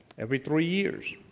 every three years.